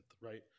right